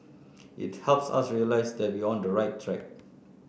it helps us realise that we're on the right track